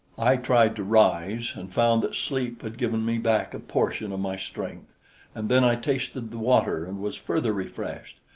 i tried to rise, and found that sleep had given me back a portion of my strength and then i tasted the water and was further refreshed.